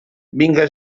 vinga